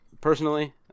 personally